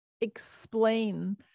explain